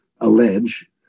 allege